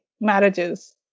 marriages